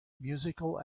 musical